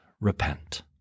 repent